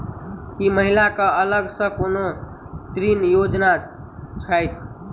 की महिला कऽ अलग सँ कोनो ऋण योजना छैक?